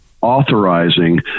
authorizing